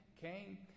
came